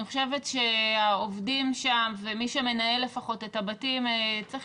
אני חושבת שהעובדים שם ומי שמנהל לפחות את הבתים צריך